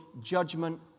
judgment